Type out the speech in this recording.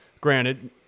Granted